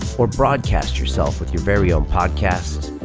or broadcast yourself with your very own podcast,